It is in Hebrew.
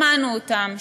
שמענו אותם,